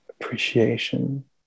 appreciation